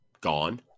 gone